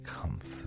comfort